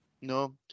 No